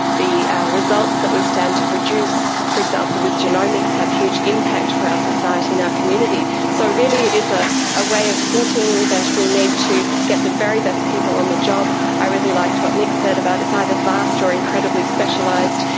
the results that we stand to produce, for example with genomics, have huge impact for our society and our community. so really it is a ah way of thinking that we need to get the very best people on the job. i really liked what nik said about how it's either vast or incredibly specialised.